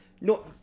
No